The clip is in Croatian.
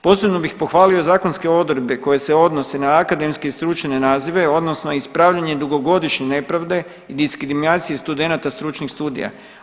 Posebno bih pohvalio zakonske odredbe koje se odnose na akademske i stručne nazive odnosno ispravljanje dugogodišnje nepravde i diskriminacije studenata stručnih studija.